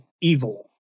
evil